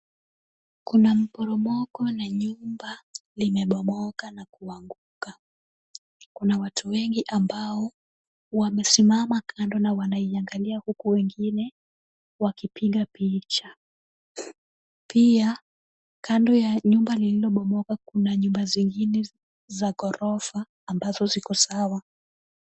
Kuna mporomoko na nyumba limebomoka na kuanguka. Kuna watu wengi ambao wamesimama kando na wanaiangalia huku wengine wakipiga picha. Pia kando ya nyumba lililobomoka kuna nyumba zingine za ghorofa ambazo ziko sawa.